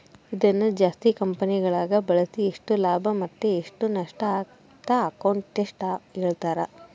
ಇದನ್ನು ಜಾಸ್ತಿ ಕಂಪೆನಿಗಳಗ ಬಳಸಿ ಎಷ್ಟು ಲಾಭ ಮತ್ತೆ ಎಷ್ಟು ನಷ್ಟಅಂತ ಅಕೌಂಟೆಟ್ಟ್ ಹೇಳ್ತಾರ